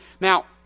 Now